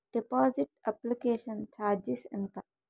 Deposit application charges ఎంత?